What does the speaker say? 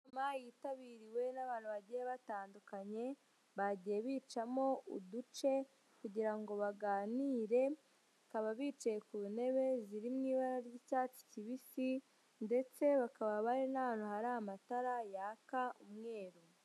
Inama yitabiriwe n'abantu bagiye batandukanye, bagiye bicamo uduce kugira ngo baganire bakaba bicaye ku ntebe ziriri mu ibara ry'icyatsi kibisi, ndetse bakaba bari n'ahantu hari amatara yaka umweru.